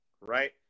Right